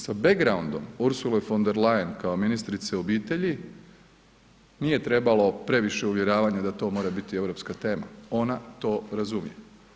Sa backgroundom Ursule von der Leyen kao ministrice obitelji nije trebalo previše uvjeravanja da to mora biti europska tema, ona to razumije.